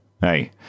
Hey